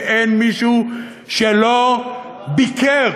ואין מישהו שלא ביקר,